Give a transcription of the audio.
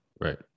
Right